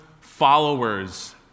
followers